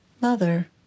mother